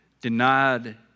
Denied